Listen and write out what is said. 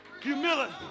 Humility